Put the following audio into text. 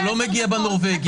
הוא לא מגיע בנורבגי,